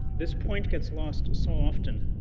this point gets lost so often.